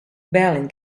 berlin